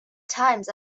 times